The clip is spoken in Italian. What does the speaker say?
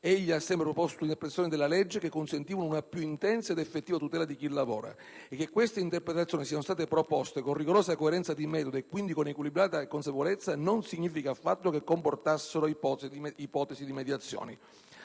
egli ha sempre proposto interpretazioni della legge che consentivano una più intensa ed effettiva tutela di chi lavora. E che queste interpretazioni siano state proposte con rigorosa coerenza di metodo, e quindi con equilibrata consapevolezza, non significa affatto che comportassero ipotesi di mediazione.